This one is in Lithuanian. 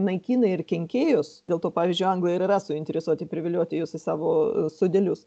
naikina ir kenkėjus dėl to pavyzdžiui anglai yra suinteresuoti privilioti juos į savo sodelius